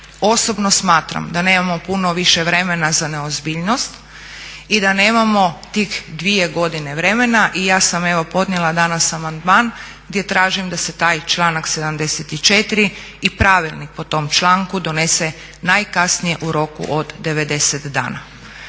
Osobno smatram da nemamo puno više vremena za neozbiljnost i da nemamo tih dvije godine vremena. I ja sam evo podnijela danas amandman gdje tražim da se taj članak 74. i Pravilnik po tom članku donese najkasnije u roku od 90 dana.